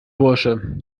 bursche